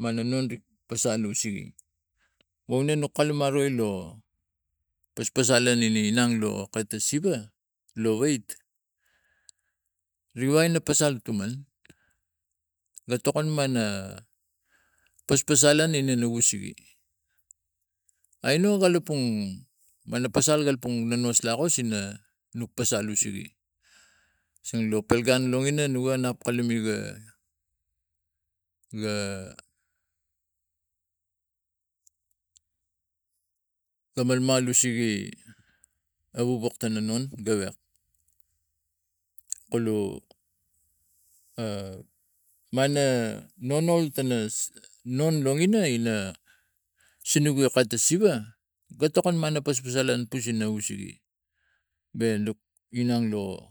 mana non ri pasal usege wo neng nok kalume aroi lo paspasalan ina inang lo kata siva lo wait rewain no pasal tuman ga tokon maria paspasalan ina naus sege be nuk inang ro aino kalapang mana pasal kalapang nonas lakos ina nok pasal usege sang lo pal gun longina no gariap kalume ga malmal usege a wog wok tano non gewek kulu a mana nonol tara non longina ina sinuk weak ta siva ga tokon man na paspasalanpus ina wege we nuk ingang lo